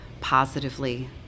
positively